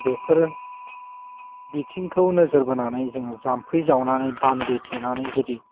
बेफोरो बिथिंखौ नोजोर बोनानै जोङो जाम्फै जावनानै बान्दो थेनानै जुदि